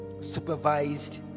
supervised